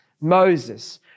Moses